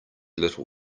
little